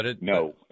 No